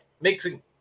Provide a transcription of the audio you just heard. Mixing